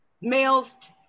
males